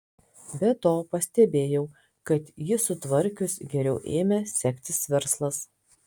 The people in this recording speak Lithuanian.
be to pastebėjau kad jį susitvarkius geriau ėmė sektis verslas